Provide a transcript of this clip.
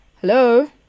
Hello